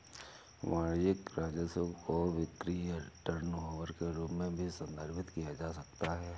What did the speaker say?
वाणिज्यिक राजस्व को बिक्री या टर्नओवर के रूप में भी संदर्भित किया जा सकता है